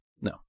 no